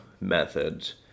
methods